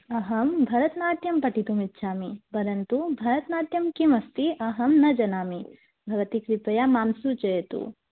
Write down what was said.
अहं भरतनाट्यं पठितुमिच्छामि परन्तु भरतनाट्यं किमस्ति अहं न जानामि भवती कृपया मां सूचयतु